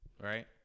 Right